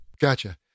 Gotcha